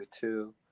two